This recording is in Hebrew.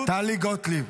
חברת הכנסת טלי, טלי גוטליב.